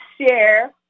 share